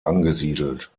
angesiedelt